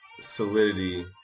solidity